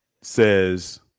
says